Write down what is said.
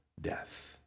death